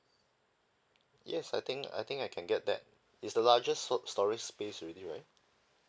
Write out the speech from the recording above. yes I think I think I can get that is the largest so storage space already right